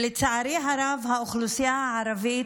לצערי הרב, האוכלוסייה הערבית,